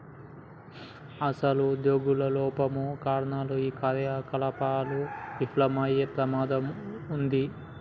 అసలు ఉద్యోగుల లోపం కారణంగా ఈ కార్యకలాపాలు విఫలమయ్యే ప్రమాదం ఉంది